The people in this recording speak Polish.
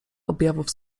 objawów